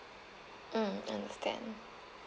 mm understand